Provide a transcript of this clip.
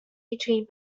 between